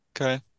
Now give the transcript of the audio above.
Okay